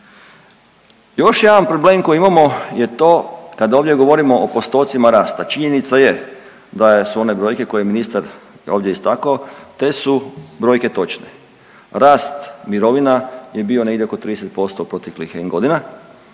Još jedan problem koji imamo je to kad ovdje govorimo o postocima rasta, činjenica je da su one brojke koje je ministar ovdje istakao te su brojke točne. Rast mirovina je bio negdje oko 30% u proteklih en godina,